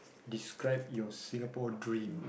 describe your Singapore dream